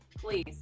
please